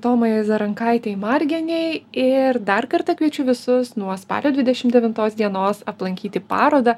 tomai zarankaitei margienei ir dar kartą kviečiu visus nuo spalio dvidešim devintos dienos aplankyti parodą